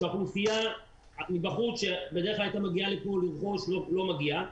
האוכלוסייה מבחוץ שבדרך כלל הייתה מגיעה, לא מגיעה